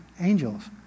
angels